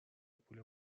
پول